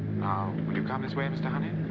now, will you come this way, mr. honey?